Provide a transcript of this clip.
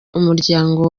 umuryango